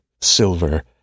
silver